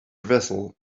vessel